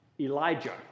Elijah